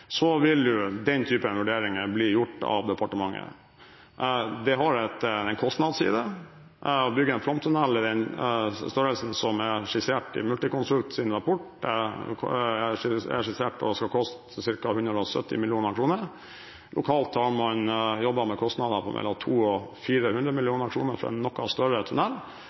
vil den typen vurderinger bli foretatt av departementet. Det har en kostnadsside. Å bygge en flomtunnel av den størrelsen som er skissert i Multiconsults rapport, er skissert til å skulle koste cirka 170 mill. kr. Lokalt har man jobbet med kostnader på 200–400 mill. kr for en noe større tunnel.